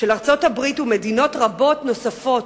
של ארצות-הברית ושל מדינות רבות נוספות,